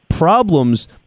Problems